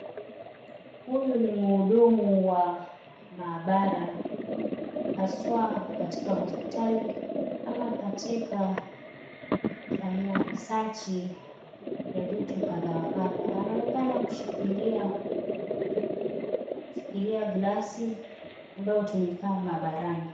Huyu ni muhudumu wa maabara, haswa katika hospitali ama katika kufanya risachi ya vitu kadhaa wa kadhaa. Anaonekana kushikilia glasi ambayo hutumika maabarani.